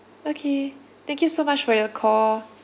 okay thank you so much for your call